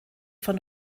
von